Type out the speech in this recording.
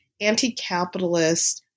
anti-capitalist